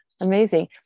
amazing